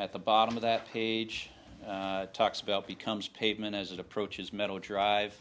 at the bottom of that page talks about becomes pavement as it approaches metal drive